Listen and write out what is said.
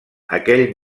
aquell